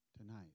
tonight